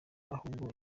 ahubwo